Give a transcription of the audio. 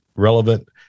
relevant